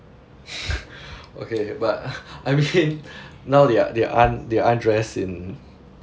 okay but I mean now they are they are they are dressed in